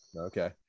Okay